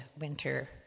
winter